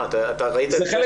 זה חלק